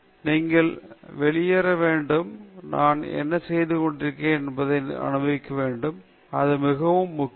நாம் வெளியேற வேண்டும் நாம் என்ன செய்து கொண்டிருக்கிறோம் என்பதை அனுபவிக்க வேண்டும் அது மிகவும் முக்கியம்